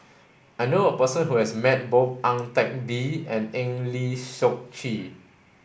I knew a person who has met both Ang Teck Bee and Eng Lee Seok Chee